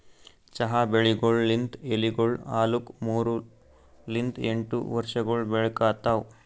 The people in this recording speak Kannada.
ಚಹಾ ಬೀಜಗೊಳ್ ಲಿಂತ್ ಎಲಿಗೊಳ್ ಆಲುಕ್ ಮೂರು ಲಿಂತ್ ಎಂಟು ವರ್ಷಗೊಳ್ ಬೇಕಾತವ್